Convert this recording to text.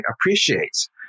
appreciates